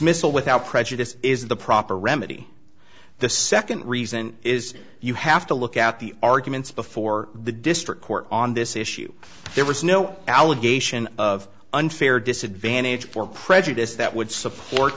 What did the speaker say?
missal without prejudice is the proper remedy the second reason is you have to look at the arguments before the district court on this issue there was no allegation of unfair disadvantage or prejudice that would support